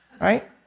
right